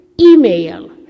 email